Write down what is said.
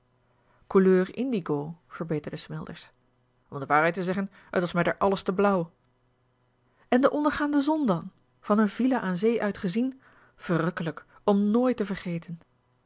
couleur indigo verbeterde smilders om de waarheid te zeggen het was mij daar alles te blauw en de ondergaande zon dan van een villa aan zee uit gezien verrukkelijk om nooit te vergeten